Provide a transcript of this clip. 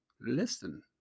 Listen